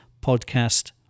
podcast